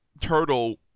turtle